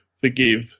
forgive